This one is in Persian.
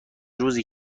روزی